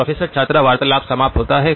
professor छात्र वार्तालाप समाप्त होता है